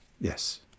yes